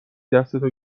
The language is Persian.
دستتو